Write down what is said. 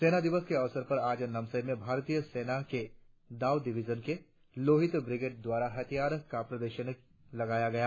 सेना दिवस के अवसर पर आज नामसाई में भारतीय सेना के दाव डिविजन के लोहित ब्रिगेड द्वारा हथियार की प्रदर्शनी लगाई गई